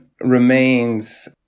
remains